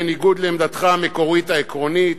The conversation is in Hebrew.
בניגוד לעמדתך המקורית העקרונית,